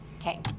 Okay